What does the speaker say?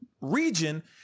region